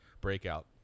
breakout